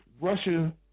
Russia